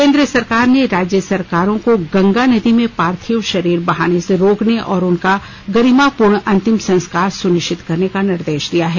केन्द्र सरकार ने राज्य सरकारों को गंगा नदी में पार्थिव शरीर बहाने से रोकने और उनका गरिमापूर्ण अंतिम संस्कार सुनिश्चित करने का निर्देश दिया है